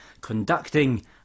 conducting